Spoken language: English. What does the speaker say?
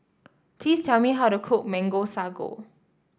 please tell me how to cook Mango Sago